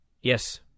Yes